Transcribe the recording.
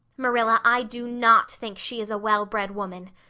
marilla, i do not think she is a well-bred woman.